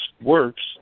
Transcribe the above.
works